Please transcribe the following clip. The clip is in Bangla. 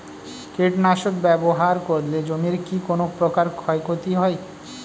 কীটনাশক ব্যাবহার করলে জমির কী কোন প্রকার ক্ষয় ক্ষতি হয়?